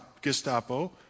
Gestapo